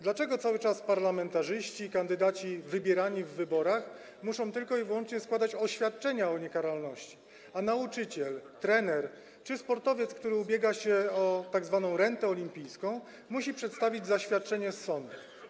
Dlaczego cały czas parlamentarzyści, kandydaci wybierani w wyborach muszą tylko i wyłącznie składać oświadczenia o niekaralności, a nauczyciel, trener czy sportowiec, który ubiega się o tzw. rentę olimpijską, muszą przedstawić zaświadczenie z sądu?